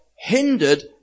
hindered